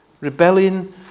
Rebellion